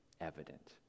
evident